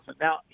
Now